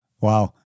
Wow